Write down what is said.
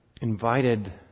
invited